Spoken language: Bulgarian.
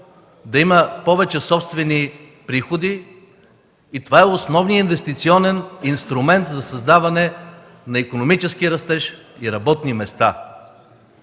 да има повече собствени приходи и това е основния инвестиционен инструмент за създаване на икономически растеж и работни места.